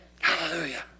Hallelujah